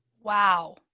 Wow